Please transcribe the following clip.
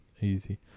Easy